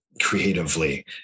creatively